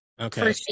Okay